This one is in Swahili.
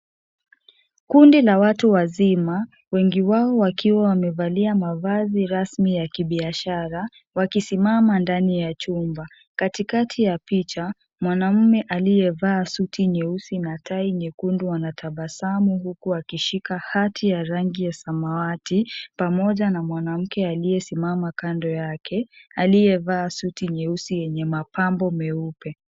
Kundi la watu wazima wengi wao wakiwa wamevalia mavazi rasmi ya kibiashara wakisimama ndani ya chumba. Katikati ya picha mwanaume aliyevaa suti nyeusi na tai nyekundu anatabasamu huku akishika hati ya rangi ya samawati pamoja na mwanamke aliyesimama kando yake aliyevaa suti nyeusi yenye mapambo meupe.